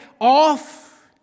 off